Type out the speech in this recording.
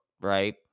Right